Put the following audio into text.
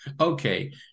okay